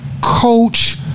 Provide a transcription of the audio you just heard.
coach